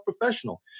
professional